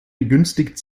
begünstigt